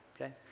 Okay